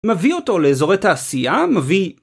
מביא אותו לאזורי התעשייה, מביא.